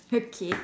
okay